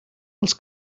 els